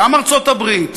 גם ארצות-הברית,